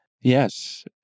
Yes